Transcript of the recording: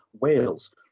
Wales